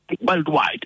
worldwide